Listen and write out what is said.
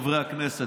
חברי הכנסת,